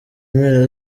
mpera